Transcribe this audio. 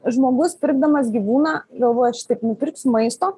žmogus pirkdamas gyvūną galvoja šitaip nupirksiu maisto